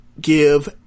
give